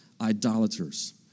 idolaters